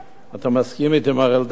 אתה מסכים אתי, מר אלדד,